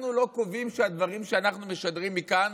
אנחנו לא קובעים שהדברים שאנחנו משדרים מכאן